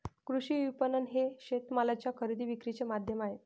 कृषी विपणन हे शेतमालाच्या खरेदी विक्रीचे माध्यम आहे